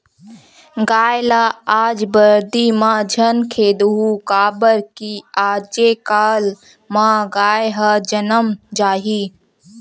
गाय ल आज बरदी म झन खेदहूँ काबर कि आजे कल म गाय ह जनम जाही